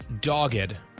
dogged